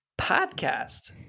Podcast